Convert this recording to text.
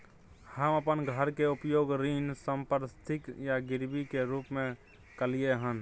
हम अपन घर के उपयोग ऋण संपार्श्विक या गिरवी के रूप में कलियै हन